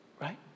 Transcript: right